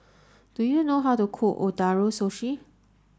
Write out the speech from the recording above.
do you know how to cook Ootoro Sushi